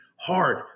hard